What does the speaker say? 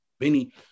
Benny